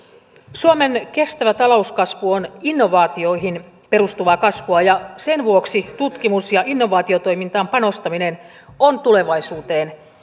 suomen kestävä talouskasvu on innovaatioihin perustuvaa kasvua ja sen vuoksi tutkimus ja innovaatiotoimintaan panostaminen on tulevaisuuteen